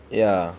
ya